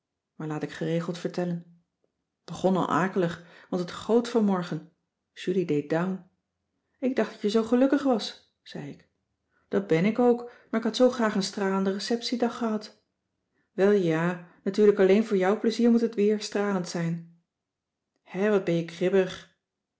maar laat ik geregeld vertellen t begon al akelig want het goot vanmorgen julie deed down ik dacht dat je zoo gelukkig was zei ik dat ben ik ook maar ik had zoo graag een stralenden receptiedag gehad welja natuurlijk alleen voor jouw plezier moet het weer stralend zijn hè wat ben je kribbig